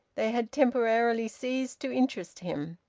they had temporarily ceased to interest him.